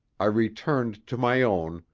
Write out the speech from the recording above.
i returned to my own,